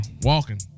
walking